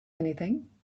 anything